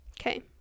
okay